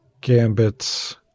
gambits